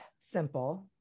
simple